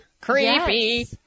Creepy